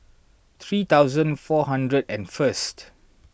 three thousand four hundred and first